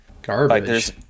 Garbage